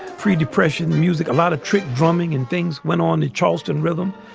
pre-depression music, a lot of trick drumming and things went on in charleston rhythm.